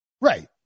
right